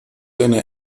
eine